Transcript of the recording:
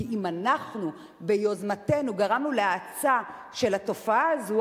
כי אם אנחנו ביוזמתנו גרמנו להאצה של התופעה הזו,